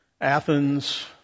Athens